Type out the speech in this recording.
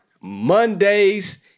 Mondays